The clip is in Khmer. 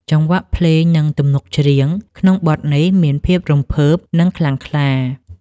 ចង្វាក់ភ្លេង និងទំនុកច្រៀងក្នុងបទនេះមានភាពរំភើប និងខ្លាំងក្លា។